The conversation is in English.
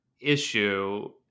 issue